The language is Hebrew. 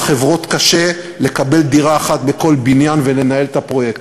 לחברות קשה לקבל דירה אחת בכל בניין ולנהל את הפרויקט.